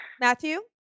Matthew